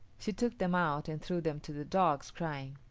she took them out and threw them to the dogs, crying,